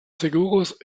seguros